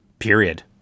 period